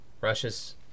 Russia's